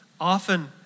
often